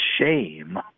shame